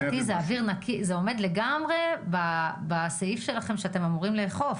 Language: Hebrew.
לדעתי זה עומד בסעיף שאתם אמורים לאכוף.